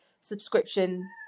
subscription